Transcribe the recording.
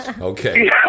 Okay